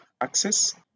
access